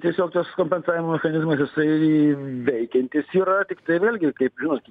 tiesiog tas kompensavimo mechanizmas jisai veikiantis yra tiktai vėlgi kaip žinot